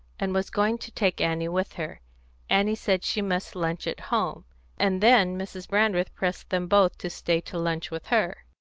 and was going to take annie with her annie said she must lunch at home and then mrs. brandreth pressed them both to stay to lunch with her.